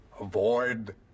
avoid